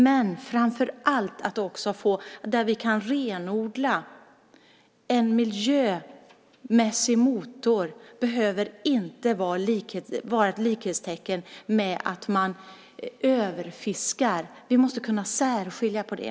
Men framför allt är det angeläget att vi kan se att en miljömässig motor inte behöver vara lika med att man överfiskar. Vi måste kunna skilja på det.